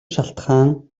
шалтгаан